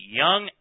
young